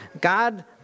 God